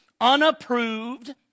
unapproved